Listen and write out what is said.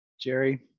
Jerry